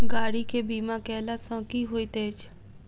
गाड़ी केँ बीमा कैला सँ की होइत अछि?